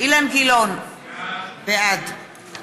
אילן גילאון, בעד